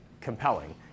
compelling